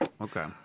Okay